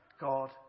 God